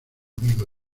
amigo